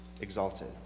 exalted